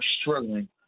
struggling